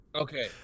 okay